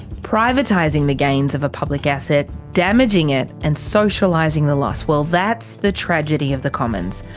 privatising the gains of a public asset, damaging it, and socialising the loss, well, that's the tragedy of the commons.